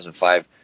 2005